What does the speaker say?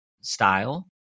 style